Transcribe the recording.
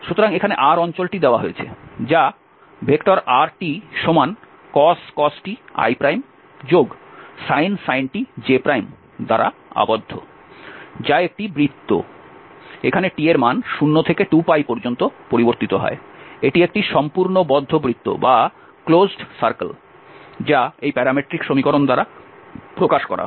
সুতরাং এখানে R অঞ্চলটি দেওয়া হয়েছে যা rtcos t isin t j দ্বারা আবদ্ধ যা একটি বৃত্ত এখানে t এর মান 0 থেকে 2 পর্যন্ত পরিবর্তিত হয় এটি একটি সম্পূর্ণ বদ্ধ বৃত্ত যা এই প্যারামেট্রিক সমীকরণ দ্বারা প্রকাশ করা হয়